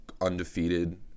undefeated